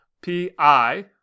P-I